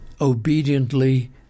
obediently